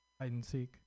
hide-and-seek